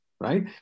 right